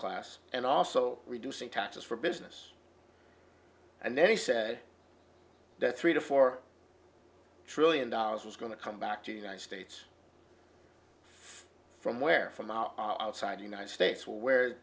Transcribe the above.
class and also reducing taxes for business and then he said that three to four trillion dollars was going to come back to the united states from where from our out side united states where